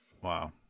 Wow